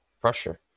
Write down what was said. pressure